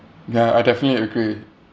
ya I definitely agree